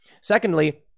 Secondly